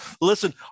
Listen